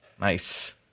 nice